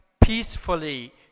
peacefully